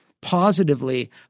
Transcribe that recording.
positively